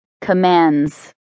commands